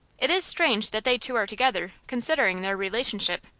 it is strange that they two are together, considering their relationship.